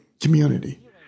community